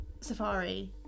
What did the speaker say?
safari